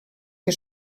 que